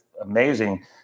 amazing